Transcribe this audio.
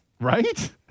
Right